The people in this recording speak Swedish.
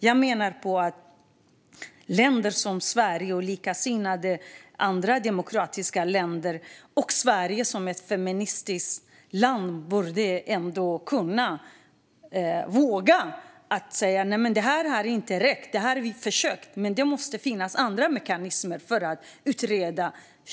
Jag menar att länder som Sverige, som är ett feministiskt land, och andra likasinnade, demokratiska länder borde våga säga: Det här är inte rätt. Det här har vi försökt, men det måste finnas andra mekanismer för att utreda.